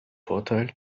vorteil